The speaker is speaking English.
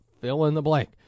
fill-in-the-blank